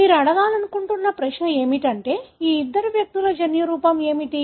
మీరు అడగాలనుకుంటున్న ప్రశ్న ఏమిటంటే ఈ ఇద్దరు వ్యక్తుల జన్యురూపం ఏమిటి